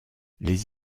les